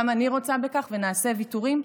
גם אני רוצה בכך, ונעשה ויתורים.